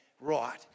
right